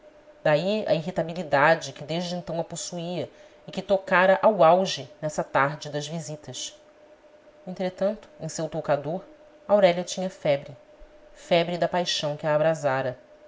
daí a irritabilidade que desde então a possuía e que tocara ao auge nessa tarde das visitas entretanto em seu toucador aurélia tinha febre febre da paixão que a